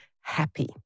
happy